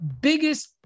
biggest